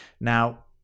Now